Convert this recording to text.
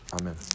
Amen